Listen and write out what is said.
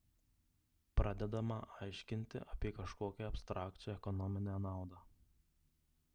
pradedama aiškinti apie kažkokią abstrakčią ekonominę naudą